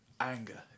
Anger